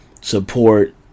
support